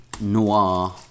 noir